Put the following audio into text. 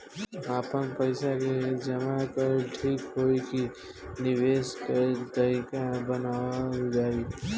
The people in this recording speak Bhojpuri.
आपन पइसा के जमा कइल ठीक होई की निवेस कइल तइका बतावल जाई?